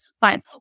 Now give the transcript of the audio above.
fine